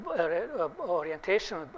orientation